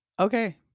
okay